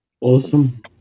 Awesome